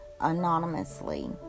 anonymously